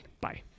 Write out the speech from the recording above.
Bye